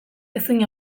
ezin